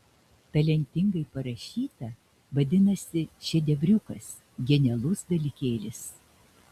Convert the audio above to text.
talentingai parašyta vadinasi šedevriukas genialus dalykėlis